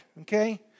Okay